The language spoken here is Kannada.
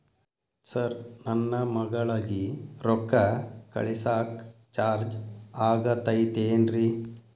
ಸರ್ ನನ್ನ ಮಗಳಗಿ ರೊಕ್ಕ ಕಳಿಸಾಕ್ ಚಾರ್ಜ್ ಆಗತೈತೇನ್ರಿ?